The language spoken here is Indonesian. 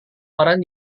orang